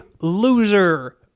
loser